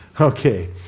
Okay